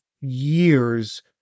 years